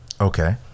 Okay